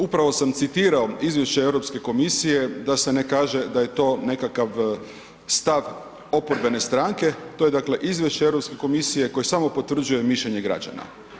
Upravo sam citirao izvješće Europske komisije da se ne kaže da je to nekakav stav oporbene stranke, to je dakle izvješće Europske komisije koje samo potvrđuje mišljenje građana.